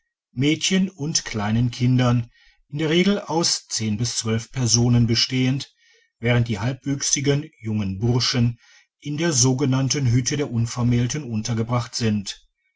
mädchen und kleinen kindern in der regel aus zehn bis zwölf personen bestehend während die halbwüchsigen jungen burschen in der sogenannten hütte der unvermählten untergebracht sind